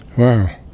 Wow